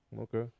Okay